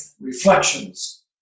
reflections